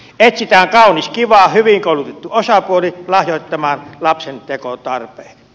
etsitään kaunis kiva hyvin koulutettu osapuoli lahjoittamaan lapsentekotarpeet